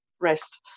rest